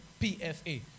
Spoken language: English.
PFA